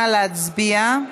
נא להצביע.